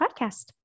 podcast